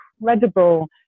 incredible